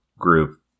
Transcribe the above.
group